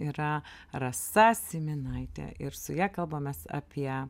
yra rasa syminaitė ir su ja kalbamės apie